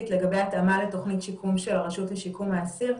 לגבי התאמה לתוכנית שיקום של הרשות לשיקום האסיר.